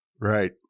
Right